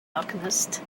alchemist